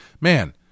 man